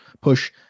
push